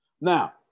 Now